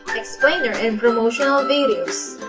explainer and promotional videos,